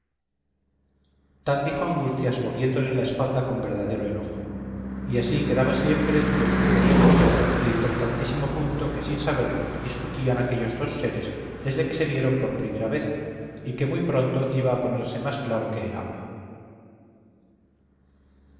tal dijo angustias volviéndole la espalda con verdadero enojo y así quedaba siempre de obscuro y embrollado el importantísimo punto que sin saberlo discutían aquellos dos seres desde que se vieron por primera vez y que muy pronto iba a ponerse más claro que el agua